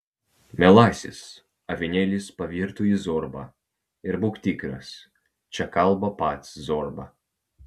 mielasis avinėlis pavirto į zorbą ir būk tikras čia kalba pats zorba